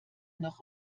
noch